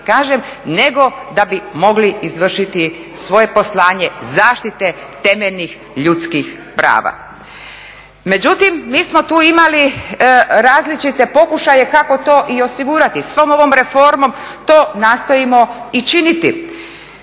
nego da bi mogli izvršiti svoje poslanje zaštite temeljnih ljudskih prava. Međutim, mi smo tu imali različite pokušaje kako to i osigurati, svom ovom reformom to nastojimo i činiti.